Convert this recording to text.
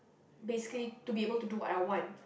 basically to be able to do what I want